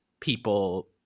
people